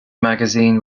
magazine